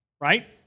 right